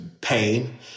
pain